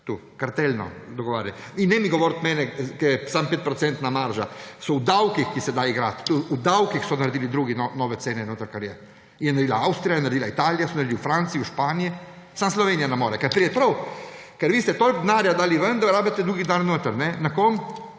Kartelno dogovarjali. In ne govoriti meni, da je samo 5-odstotna marža, so v davkih, ki se da igrati, v davkih so naredili drugi nove cene notri. Je naredila Avstrija, je naredila Italija, so naredili v Franciji, v Španiji, samo Slovenija ne more, ker pride prav, ker vi ste toliko denarja dali ven, da rabite drugi denar notri. Na komu?